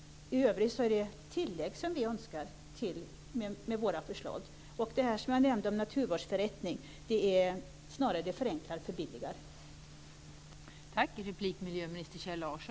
I övrigt gör vi ett tillägg. Detta med naturvårdsförrättning förenklar och förbilligar snarare.